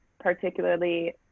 particularly